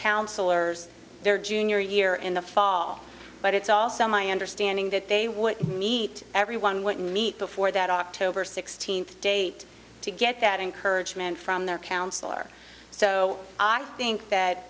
counselors their junior year in the fall but it's also my understanding that they would meet everyone what meet before that october sixteenth date to get that encouragement from their counselor so i think that